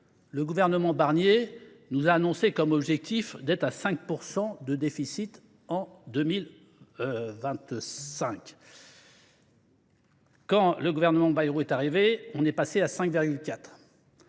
Le gouvernement Barnier nous a annoncé comme objectif d'être à 5% de déficit en 2025. Quand le gouvernement Bayrou est arrivé, on est passé à 5,4.